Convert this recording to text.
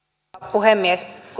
puhemies